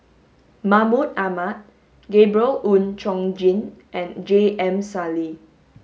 Mahmud Ahmad Gabriel Oon Chong Jin and J M Sali